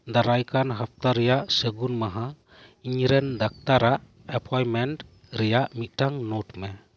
ᱫᱟᱨᱟᱭ ᱠᱟᱱ ᱦᱟᱯᱛᱟ ᱨᱮᱭᱟᱜ ᱥᱟᱹᱜᱩᱱ ᱢᱟᱦᱟ ᱤᱧᱨᱮᱱ ᱰᱟᱠᱛᱟᱨᱟᱜ ᱮᱯᱚᱭᱢᱮᱱᱴ ᱨᱮᱭᱟᱜ ᱢᱤᱫᱴᱟᱝ ᱱᱳᱴ ᱢᱮ